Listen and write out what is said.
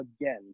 again